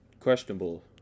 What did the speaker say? questionable